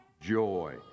joy